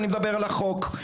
אני מדבר על החוק.